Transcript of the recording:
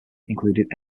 included